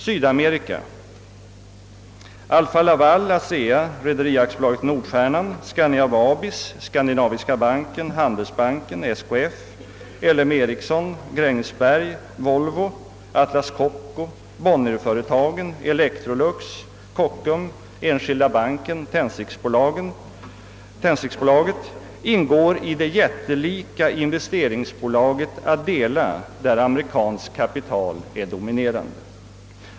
Sydamerika: Alfa-Laval, ASEA, Rederi AB Nordstjernan, Scania-Vabis, Skandinaviska Banken, Handelsbanken, SKF, L M Ericsson, Grängesberg, Volvo, Atlas Copco, Bonnierföretagen, Electrolux, Kockums. Enskilda Banken och Tändsticksbolaget ingår i det jättelika investeringsbolaget ADELA, där amerikanskt kapital är dominerande.